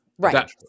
Right